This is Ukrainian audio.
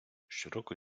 щороку